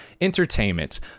entertainment